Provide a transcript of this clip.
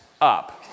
up